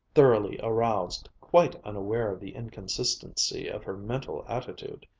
thoroughly aroused, quite unaware of the inconsistency of her mental attitude.